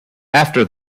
after